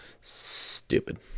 Stupid